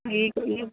ഈ ഈ